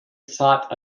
sought